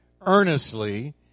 earnestly